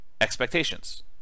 expectations